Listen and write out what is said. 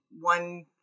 One